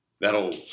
That'll